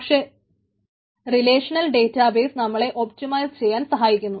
പക്ഷേ relational database നമ്മളെ optimise ചെയ്യാൻ സഹായിക്കുന്നു